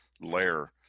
layer